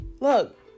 Look